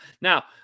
Now